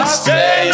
stay